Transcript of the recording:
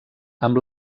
amb